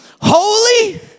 Holy